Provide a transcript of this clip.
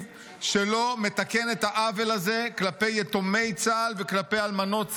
שלא מתקן את העוול הזה כלפי יתומי צה"ל וכלפי אלמנות צה"ל.